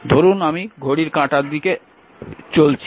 ধরুন আমি ঘড়ির কাঁটার দিকে চলছি